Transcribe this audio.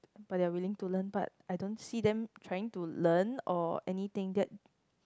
but they willing to learn but I don't see them trying to learn or anything that